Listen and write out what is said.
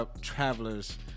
travelers